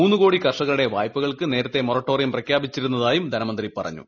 മൂന്നു കോടി കർഷകരുടെ വായ്പകൾക്ക് നേരത്തേ മൊറട്ടോറിയം പ്രഖ്യാപിച്ചിരുന്നതായും ധനമന്ത്രി പറഞ്ഞു